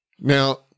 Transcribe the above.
Now